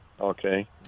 Okay